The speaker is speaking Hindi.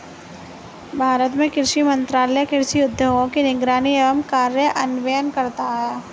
भारत में कृषि मंत्रालय कृषि उद्योगों की निगरानी एवं कार्यान्वयन करता है